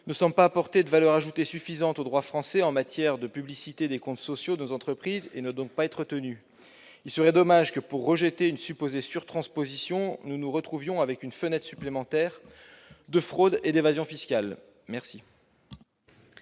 ne semble pas apporter de valeur ajoutée suffisante au droit français en matière de publicité des comptes sociaux de nos entreprises et ne doit donc pas être retenu. Il serait dommage que, pour rejeter une supposée sur-transposition, nous nous retrouvions avec une fenêtre supplémentaire de fraude et d'évasion fiscales.